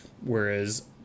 Whereas